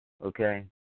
Okay